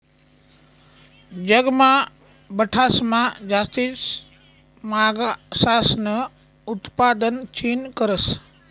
जगमा बठासमा जास्ती मासासनं उतपादन चीन करस